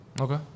Okay